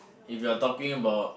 if you're talking about